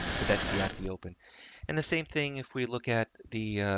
but that's the, at the open and the same thing. if we look at the,